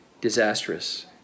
disastrous